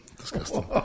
Disgusting